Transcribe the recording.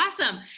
awesome